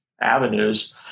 avenues